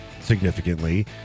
significantly